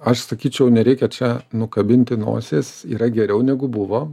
aš sakyčiau nereikia čia nukabinti nosies yra geriau negu buvo